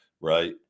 Right